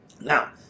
Now